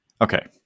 okay